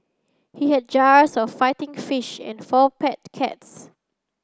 he had jars of fighting fish and four pet cats